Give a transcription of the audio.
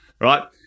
right